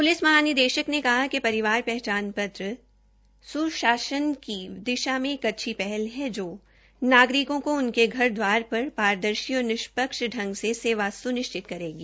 police महानिदेशक ने कहा कि परिवार पहचान पत्र स्शासन की दिशा मे एक अच्छी पहल है जो नागरिको को उनके घर द्वार पर पारदर्शी और निष्पक्ष ग से सेवा सुनिश्चित करेगी